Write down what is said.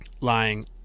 lying